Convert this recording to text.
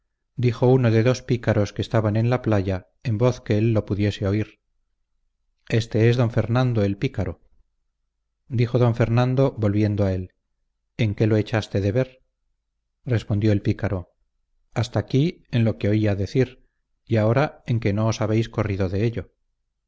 dijo uno de dos pícaros que estaban en la playa en voz que él lo pudiese oír este es d fernando el pícaro dijo don fernando volviendo a él en qué lo echaste de ver respondió el pícaro hasta aquí en lo que oía decir y ahora en que no os habéis corrido de ello